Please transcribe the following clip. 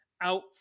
out